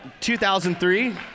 2003